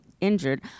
injured